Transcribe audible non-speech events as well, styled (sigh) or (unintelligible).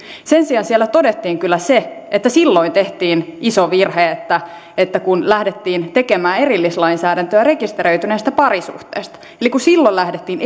sen sijaan siellä todettiin kyllä se että silloin tehtiin iso virhe kun lähdettiin tekemään erillislainsäädäntöä rekisteröidystä parisuhteesta eli kun silloin lähdettiin (unintelligible)